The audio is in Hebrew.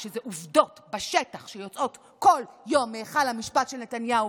כשזה עובדות בשטח שיוצאות כל יום מהיכל המשפט של נתניהו,